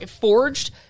forged